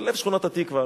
בלב שכונת-התקווה.